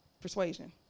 persuasion